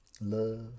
love